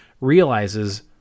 realizes